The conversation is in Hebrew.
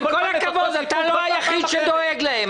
עם כל הכבוד, אתה לא היחיד שדואג להם.